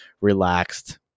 relaxed